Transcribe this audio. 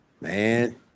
man